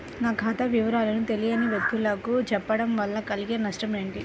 నా ఖాతా వివరాలను తెలియని వ్యక్తులకు చెప్పడం వల్ల కలిగే నష్టమేంటి?